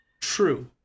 True